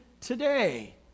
today